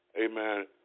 amen